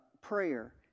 prayer